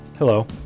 Hello